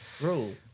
rule